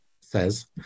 says